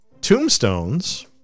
Tombstones